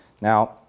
Now